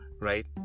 right